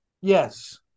Yes